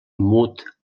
mut